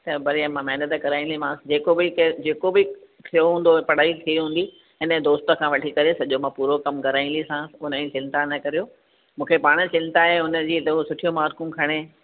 त बढ़िया मां महिनत कराईंदीमांसि जेको बि केरु जेको बि थियो हूंदो पढ़ाई थी हूंदी हिन जे दोस्त खां वठी करे सॼो मां पूरो कमु कराईंदीसांसि उन जी चिंता न करियो मूंखे पाण चिंता आहे हुन जी त हू सुठियूं मार्कूं खणे